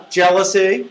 jealousy